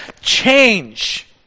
Change